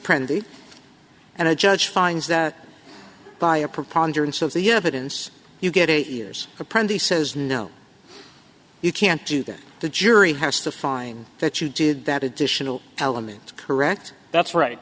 pretty and a judge finds that by a preponderance of the evidence you get eight years for print the says no you can't do that the jury has to find that you did that additional elements correct that's right